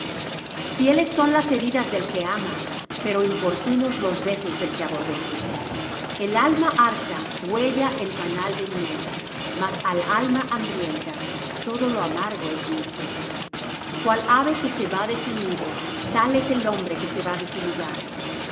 fieles son las heridas del que ama pero importunos los besos del que aborrece el alma harta huella el panal de miel mas al alma hambrienta todo lo amargo es dulce cual ave que se va de su nido tal es el hombre que se va de su lugar el